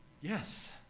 Yes